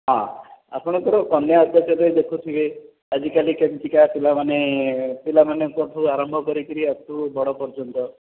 ହଁ ଆପଣ କନ୍ୟା ଅତ୍ୟାଚାର ଦେଖୁଥିବେ ଆଜିକାଲି କେମିତିକା ପିଲାମାନେ ପିଲାମାନଙ୍କ ଠୁ ଆରମ୍ଭ କରିକି ଅପ୍ଟୁ ବଡ଼ ପର୍ଯ୍ୟନ୍ତ